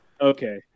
Okay